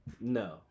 No